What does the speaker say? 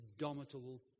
indomitable